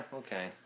okay